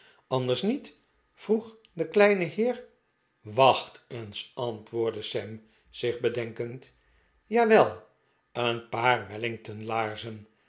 anders niet vroeg de kleine heer wacht eens antwoordde sam zich bedenkend jawel een paar